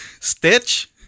Stitch